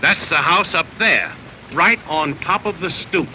that's the house up there right on top of the stoop